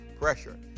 pressure